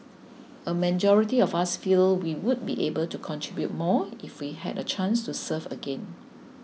a majority of us feel we would be able to contribute more if we had a chance to serve again